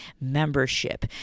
membership